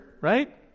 right